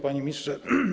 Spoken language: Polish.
Panie Ministrze!